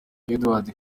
edouard